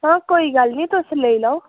आं कोई गल्ल नी तुस लेई लैओ